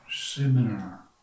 seminar